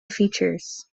features